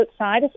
outside